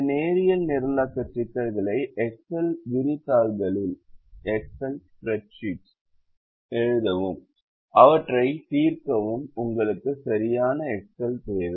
இந்த நேரியல் நிரலாக்க சிக்கல்களை எக்செல் விரிதாள்களில் எழுதவும் அவற்றை தீர்க்கவும் உங்களுக்கு சரியான எக்செல் தேவை